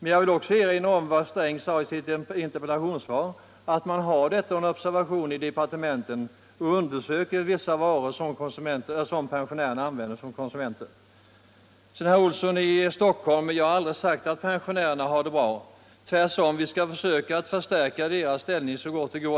Jag vill erinra om vad finansminister Sträng sade i ett interpellationssvar, nämligen att detta är under observation i departementen och att man håller på med en undersökning om vissa varor som pensionärerna konsumerar. Till herr Olsson i Stockholm vill jag säga att jag aldrig har påstått att pensionärerna har det bra. Tvärtom skall vi försöka stärka deras ställning så gott det går.